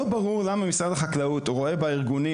לא ברור למה משרד החקלאות רואה בארגונים,